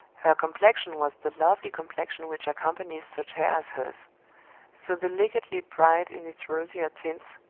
her complexion was the lovely complexion which accompanies such hair as hers so delicately bright in its rosier tints,